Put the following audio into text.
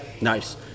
Nice